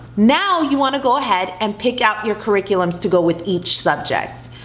now, you wanna go ahead and pick out your curriculums to go with each subject.